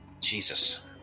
Jesus